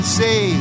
say